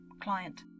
client